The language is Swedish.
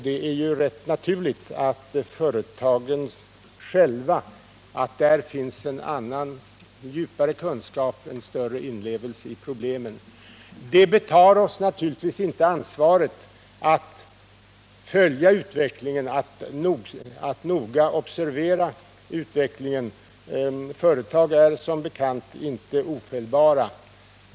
Det är ju rätt naturligt att det hos företagen själva finns en annan och djupare kunskap och större inlevelse i deras egna problem, men det betar oss naturligtvis inte ansvaret för att följa utvecklingen och noga observera den. Företag är som bekant inte ofelbara.